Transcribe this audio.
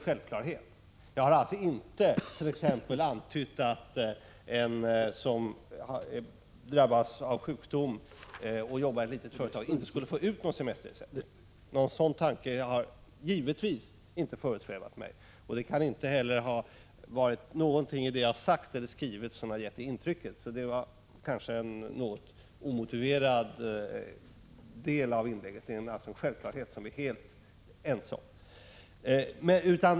Jag har alltså inte t.ex. antytt att en som drabbas av sjukdom i ett litet företag inte skulle få ut någon semesterersättning. Någon sådan tanke har givetvis inte föresvävat mig, och inte heller kan något i det jag har sagt eller skrivit ha gett det intrycket, så detta var en omotiverad del av statsrådets inlägg.